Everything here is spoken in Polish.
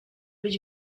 być